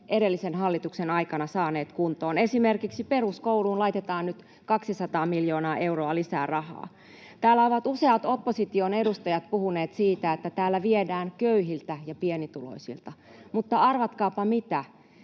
edellisen hallituksen aikana saaneet kuntoon. Esimerkiksi peruskouluun laitetaan nyt 200 miljoonaa euroa lisää rahaa. Täällä ovat useat opposition edustajat puhuneet siitä, että täällä viedään köyhiltä ja pienituloisilta, mutta arvatkaapa mitä?